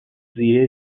زیره